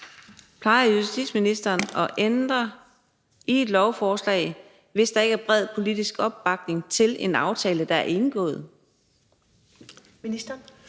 Plejer justitsministeren at ændre i et lovforslag, hvis der ikke er bred politisk opbakning, i forhold til en aftale, der er indgået?